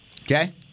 Okay